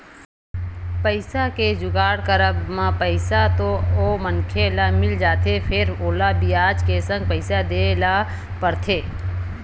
पइसा के जुगाड़ करब म पइसा तो ओ मनखे ल मिल जाथे फेर ओला बियाज के संग पइसा देय ल परथे